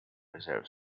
reserve